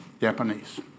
Japanese